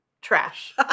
trash